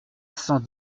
cent